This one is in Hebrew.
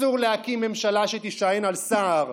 אסור להקים ממשלה שתישען על סער,